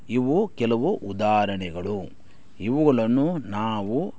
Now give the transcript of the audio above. ಇವು ಕೆಲವು ಉದಾಹರಣೆಗಳು ಇವುಗಳನ್ನು ನಾವು